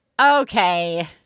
okay